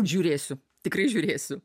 žiūrėsiu tikrai žiūrėsiu